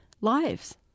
lives